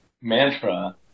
mantra